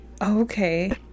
Okay